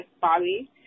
Bobby